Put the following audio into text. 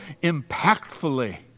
impactfully